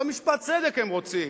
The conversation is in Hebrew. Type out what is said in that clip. לא משפט צדק הם רוצים.